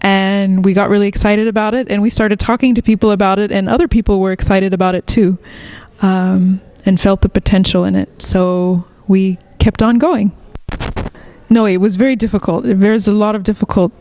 and we got really excited about it and we started talking to people about it and other people were excited about it too and felt the potential in it so we kept on going you know it was very difficult very is a lot of difficult